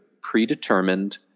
predetermined